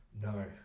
No